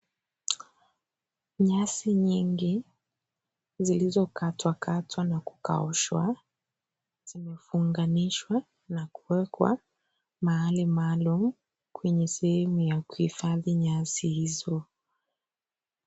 Nyasi nyingi zilizokatwakatwa na kukaushwa zimefunganishwa na kuwekwa mahali maalum kwenye sehemu ya kuhifadhi nyasi hizo.